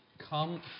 Come